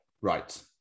Right